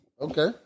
Okay